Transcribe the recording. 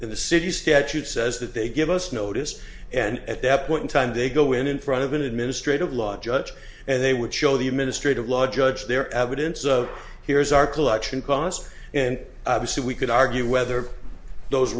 in the city statute says that they give us notice and at that point in time they go in in front of an administrative law judge and they would show the administrative law judge their evidence of here's our collection costs and obviously we could argue whether those